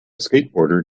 skateboarder